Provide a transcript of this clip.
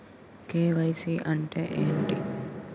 KYC అంటే ఏంటి?